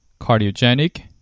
cardiogenic